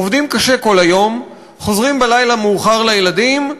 עובדים קשה כל היום, חוזרים בלילה מאוחר לילדים,